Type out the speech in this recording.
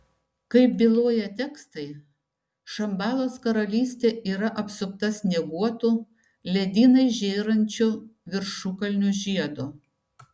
kaip byloja tekstai šambalos karalystė yra apsupta snieguotų ledynais žėrinčių viršukalnių žiedo